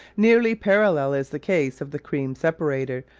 nearly parallel is the case of the cream separator,